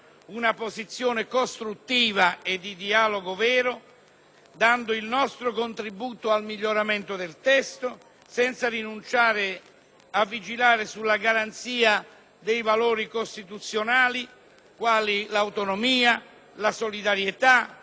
dando il nostro contributo al miglioramento del testo senza rinunciare a vigilare sulla garanzia dei valori costituzionali quali l'autonomia, la solidarietà, l'efficienza, la responsabilità e la trasparenza.